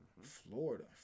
Florida